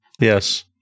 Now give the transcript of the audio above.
Yes